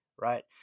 right